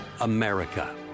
America